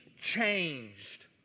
changed